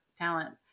talent